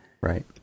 Right